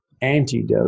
antidote